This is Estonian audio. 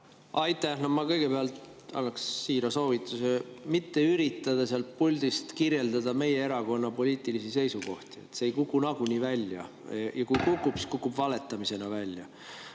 Aitäh! Ma kõigepealt annaks siira soovituse mitte üritada sealt puldist kirjeldada meie erakonna poliitilisi seisukohti. See ei kuku nagunii välja, ja kui kukub, siis kukub valetamisena välja.